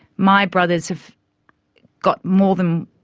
my brothers have got more than,